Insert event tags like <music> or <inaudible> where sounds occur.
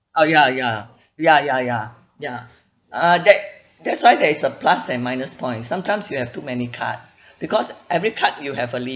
oh ya ya <breath> ya ya ya ya uh that that's why there is a plus and minus point sometimes you have too many card <breath> because every card you have a limit